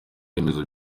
remezo